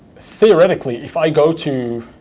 theoretically, if i go to